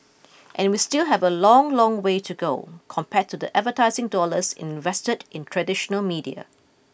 and we still have a long long way to go compared to the advertising dollars invested in traditional media